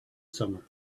summer